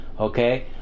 Okay